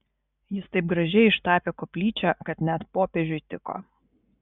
jis taip gražiai ištapė koplyčią kad net popiežiui tiko